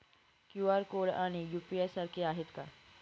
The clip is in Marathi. क्यू.आर कोड आणि यू.पी.आय सारखे आहेत का?